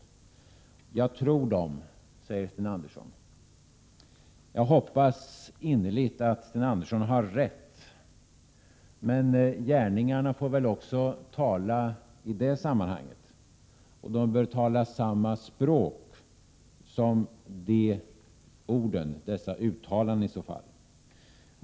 ”Jag tror dem”, säger Sten Andersson. Jag hoppas innerligt att Sten Andersson har rätt. Men gärningarna får väl tala också i det sammanhanget, och de bör i så fall tala samma språk som dessa uttalanden.